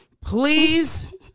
please